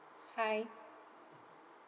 hi